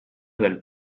del